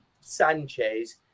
Sanchez